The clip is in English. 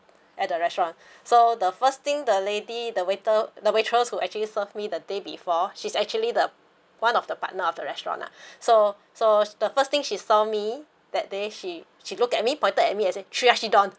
eat at the restaurant so the first thing the lady the waiter the waitress who actually serve me the day before she's actually the one of the partner of the restaurant lah so so the first thing she saw me that day she she looked at me pointed at me and say chirashi don